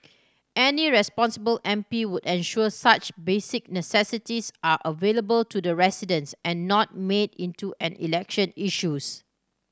any responsible M P would ensure such basic necessities are available to the residents and not made into an election issues